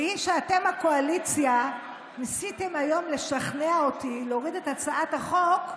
והיא שאתם הקואליציה ניסיתם היום לשכנע אותי להוריד את הצעת החוק,